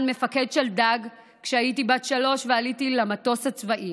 מפקד שלדג כשהייתי בת שלוש ועליתי למטוס הצבאי